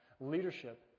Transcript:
leadership